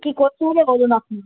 কী করতে হবে বলুন আপনি